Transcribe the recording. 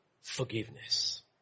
forgiveness